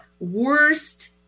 worst